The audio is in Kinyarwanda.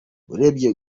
urebye